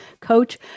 coach